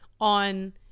on